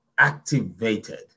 activated